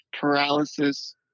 paralysis